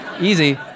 easy